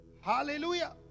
hallelujah